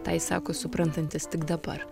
tą jis sako suprantantis tik dabar